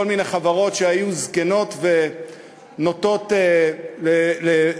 מיני חברות שהיו זקנות ונוטות לקשיים,